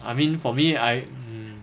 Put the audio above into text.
I mean for me I mm